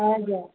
हजुर